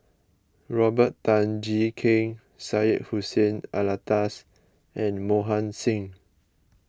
Robert Tan Jee Keng Syed Hussein Alatas and Mohan Singh